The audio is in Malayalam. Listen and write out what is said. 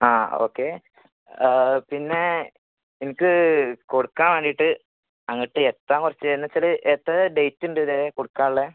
ആ ഓക്കെ പിന്നെ എനിക്ക് കൊടുക്കാൻ വേണ്ടിയിട്ട് അങ്ങോട്ട് എത്താൻ കുറച്ച് എന്നുവെച്ചാൽ എത്ര ഡേറ്റ് ഉണ്ട് ഇത് കൊടുക്കാനുള്ളത്